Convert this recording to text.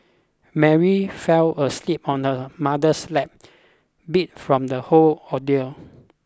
Mary fell asleep on her mother's lap beat from the whole ordeal